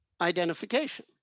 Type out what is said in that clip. identification